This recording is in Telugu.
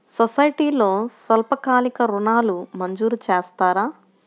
సొసైటీలో స్వల్పకాలిక ఋణాలు మంజూరు చేస్తారా?